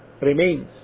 remains